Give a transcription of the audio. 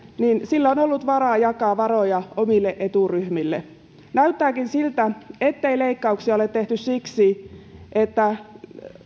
sillä on ollut varaa jakaa varoja omille eturyhmille näyttääkin siltä ettei leikkauksia ole tehty siksi että